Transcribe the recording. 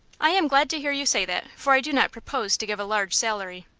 i am glad to hear you say that, for i do not propose to give a large salary.